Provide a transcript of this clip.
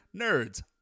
nerds